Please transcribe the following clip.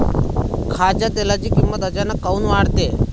खाच्या तेलाची किमत अचानक काऊन वाढते?